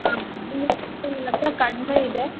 ಹಾಂ ಇಲ್ಲ ಸರ್ ಕಡಿಮೆ ಇದೆ